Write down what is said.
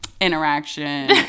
interaction